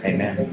Amen